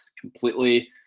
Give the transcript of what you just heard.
completely